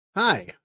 Hi